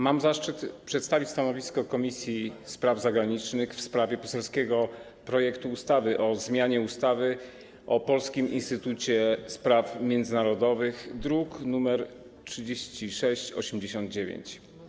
Mam zaszczyt przedstawić stanowisko Komisji Spraw Zagranicznych w sprawie poselskiego projektu ustawy o zmianie ustawy o Polskim Instytucie Spraw Międzynarodowych, druk nr 3689.